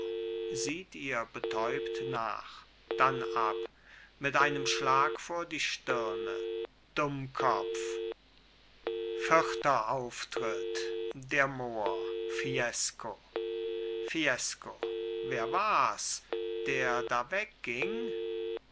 sieht ihr betäubt nach dann ab mit einem schlag vor die stirne dummkopf vierter auftritt der mohr fiesco fiesco wer wars der da wegging